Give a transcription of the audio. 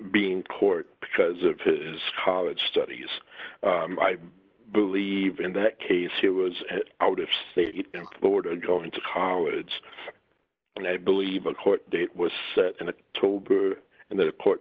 being court because of his college studies i believe in that case he was out of state in florida drove into college and i believe a court date was set in a toll booth and that a court